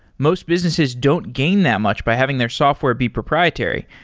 most businesses don't gain that much by having their software be proprietary.